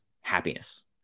happiness